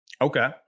Okay